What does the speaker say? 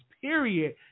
period